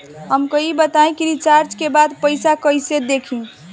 हमका ई बताई कि रिचार्ज के बाद पइसा कईसे देखी?